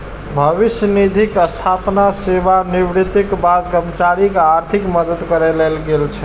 भविष्य निधिक स्थापना सेवानिवृत्तिक बाद कर्मचारीक आर्थिक मदति करै लेल गेल छै